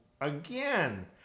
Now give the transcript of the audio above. again